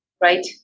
right